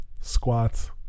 squats